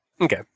Okay